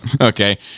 Okay